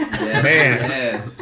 Man